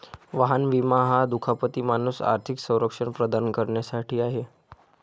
वाहन विमा हा दुखापती पासून आर्थिक संरक्षण प्रदान करण्यासाठी आहे